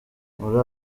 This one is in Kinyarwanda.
muri